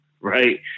right